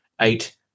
eight